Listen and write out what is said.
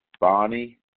Bonnie